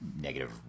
negative